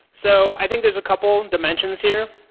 so i think there's a couple dimensions here.